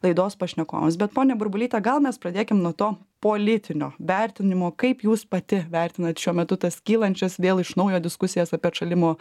laidos pašnekovams bet ponia burbulyte gal mes pradėkim nuo to politinio vertinimo kaip jūs pati vertinat šiuo metu tas kylančias vėl iš naujo diskusijas apie atšalimo